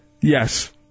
Yes